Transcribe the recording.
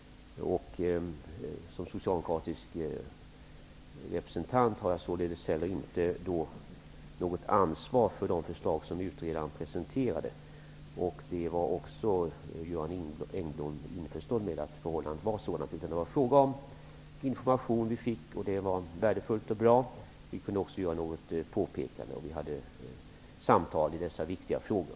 Som socialdemokratisk representant har jag således inte heller något ansvar för de förslag som utredaren presenterade. Johan Engblom var införstådd med det. Det var fråga om att vi fick information. Det var värdefullt och bra. Vi kunde komma med något påpekande och vi hade samtal om dessa viktiga frågor.